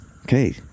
Okay